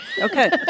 Okay